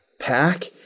pack